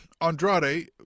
Andrade